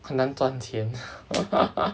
很难赚钱